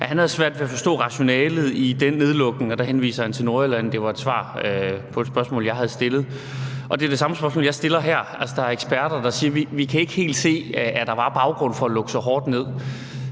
han havde svært ved at forstå rationalet i den nedlukning, og der henviser han til Nordjylland. Det var et svar på et spørgsmål, jeg havde stillet, og det er det samme spørgsmål, jeg stiller her. Altså, der er eksperter, der siger: Vi kan ikke helt se, at der var en baggrund for at lukke så hårdt ned.